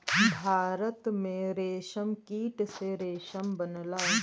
भारत में रेशमकीट से रेशम बनला